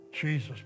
Jesus